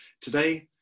today